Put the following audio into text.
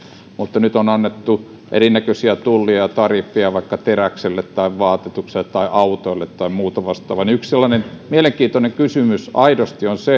mutta nyt väliaikaisesti on annettu erinäköisiä tulleja ja tariffeja vaikka teräkselle tai vaatetukselle tai autoille tai muuta vastaavaa ja yksi mielenkiintoinen kysymys aidosti on